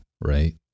right